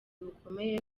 bukomeye